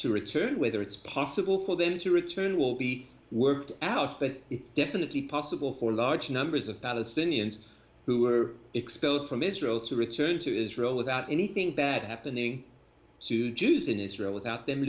to return whether it's possible for them to return will be worked out but it's definitely possible for large numbers of palestinians who were expelled from israel to return to israel without anything bad happening to jews in israel without them